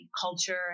culture